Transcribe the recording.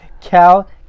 Cal